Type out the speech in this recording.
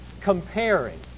comparing